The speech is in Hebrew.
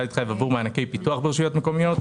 להתחייב עבור מענקי פיתוח ברשויות מקומיות,